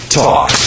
talk